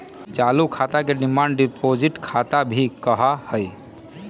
चालू खाता के डिमांड डिपाजिट खाता भी कहा हई